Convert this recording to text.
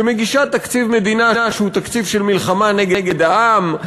שמגישה תקציב מדינה שהוא תקציב של מלחמה נגד העם,